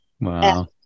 Wow